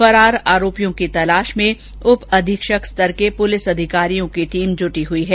फरार आरोपियों की तलाश में उप अधीक्षक स्तर के पुलिस अधिकारियों की टीम जुटी हुई है